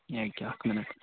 ییٚکہِ اَکھ منٹ